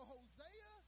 Hosea